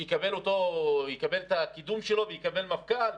שיקבל את הקידום שלו ויקבל מפכ"ל,